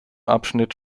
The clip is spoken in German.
abschnitt